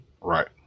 Right